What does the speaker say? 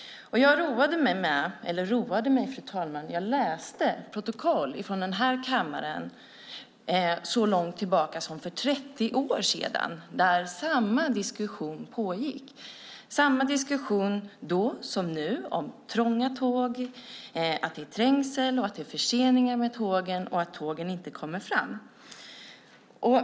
Jag har läst protokoll från denna kammare så långt tillbaka som för 30 år sedan då samma diskussion pågick. Det var samma diskussion då som nu om trånga tåg, trängsel, förseningar och att tågen inte kommer fram.